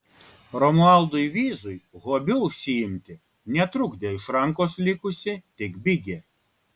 romualdui vyzui hobiu užsiimti netrukdė iš rankos likusi tik bigė